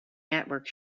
network